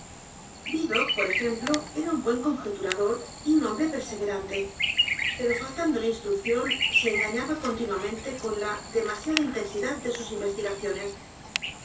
yidocq por ejemplo era un buen conjeturado y u n hombre perseverante pero faltándole instrucción se engañaba continuamente por la demasiada intensidad de sus investigaciones